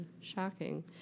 shocking